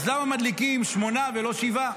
אז למה מדליקים שמונה ולא שבעה?